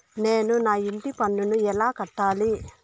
నేను నా ఇంటి పన్నును ఎలా కట్టాలి?